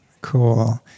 Cool